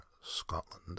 Scotland